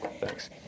Thanks